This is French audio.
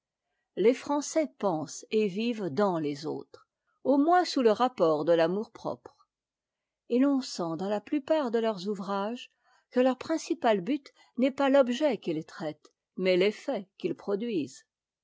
les français pensent et vivent dans les autres au moins sous le rapport de l'amourpropre et l'on sent dans la plupart de leurs ouvrages que leur principal but n'est pas l'objet qu'ils traitent mais l'effet qu'ils produisent